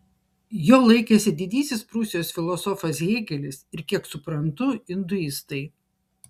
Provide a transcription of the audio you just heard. jo laikėsi didysis prūsijos filosofas hėgelis ir kiek suprantu induistai